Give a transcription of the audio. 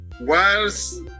Whilst